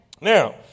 Now